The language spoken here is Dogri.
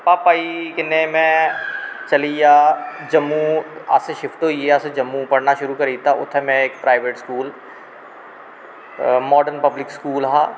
भापा जी कन्ने में चलिया जम्मू अस शिफ्ट होईये जम्मू पढ़ना शुरु करी दित्ता उत्थें में इक private school modern public school हा